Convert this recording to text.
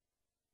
לי,